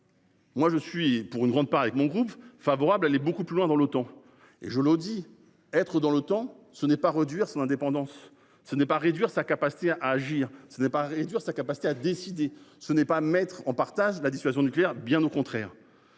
Moi je suis pour une grande part avec mon groupe favorable, elle est beaucoup plus loin dans le temps et je le dis être dans le temps, ce n'est pas redire son indépendance ce n'est pas réduire sa capacité à agir, ce n'est pas réduire sa capacité à décider, ce n'est pas mettre en partage. La dissuasion nucléaire, bien au contraire.